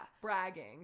bragging